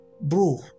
bro